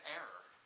error